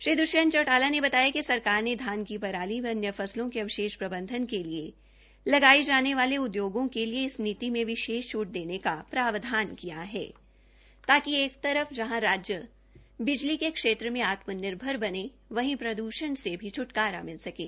श्री दृष्यंत चौटाला ने बताया कि सरकार ने धान की पराली व अन्य व सलों के अवशेष प्रबंधन के लिए लगाये जाने वाले उद्योगों के लिए इस नीति में विशेष छूट देने का प्रावधान किया है ताकि एक तर राज्य बिजली के क्षेत्र में आत्मनिर्भर बने वहीं प्रद्षण से भी छ्टकारा मिल सकें